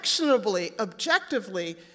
objectively